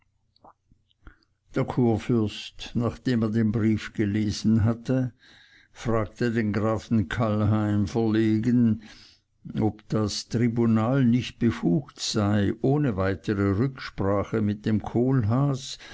der kurfürst nachdem er den brief gelesen hatte fragte den grafen kallheim verlegen ob das tribunal nicht befugt sei ohne weitere rücksprache mit dem kohlhaas